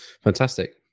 fantastic